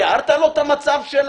תיארת לו את המצב של